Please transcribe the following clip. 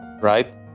right